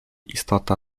istota